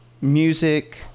music